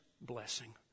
blessing